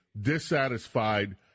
dissatisfied